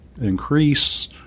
increase